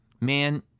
Man